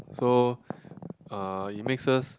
so uh it makes us